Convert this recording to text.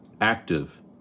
active